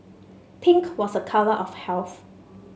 pink was a colour of health